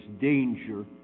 danger